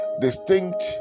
distinct